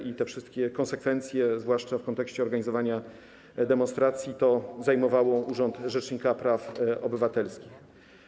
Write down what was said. I te wszystkie konsekwencje, zwłaszcza w kontekście organizowania demonstracji, zajmowały urząd rzecznika praw obywatelskich.